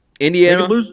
Indiana